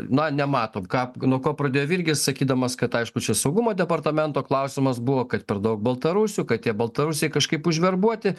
na nematom ką nuo ko pradėjo virgis sakydamas kad aišku čia saugumo departamento klausimas buvo kad per daug baltarusių kad tie baltarusiai kažkaip užverbuoti